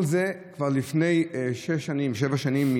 כל כזה כבר לפני שש שנים, שבע שנים.